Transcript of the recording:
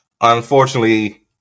unfortunately